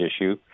issue